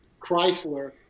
Chrysler